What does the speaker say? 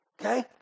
Okay